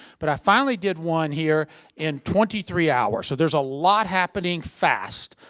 but i finally did one here in twenty three hours, so there's a lot happening fast.